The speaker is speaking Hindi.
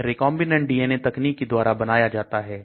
यह recombinant DNA तकनीकी द्वारा बनाया जाता है